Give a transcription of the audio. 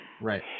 Right